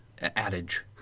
adage